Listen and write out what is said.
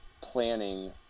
planning